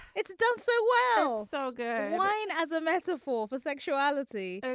it's done so well so good. wine as a metaphor for sexuality.